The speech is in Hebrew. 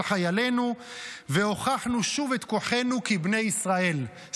חיילנו והוכחנו שוב את כוחנו כבני ישראל,